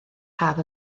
haf